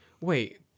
Wait